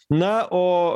na o